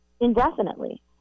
indefinitely